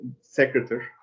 secretary